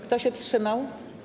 Kto się wstrzymał?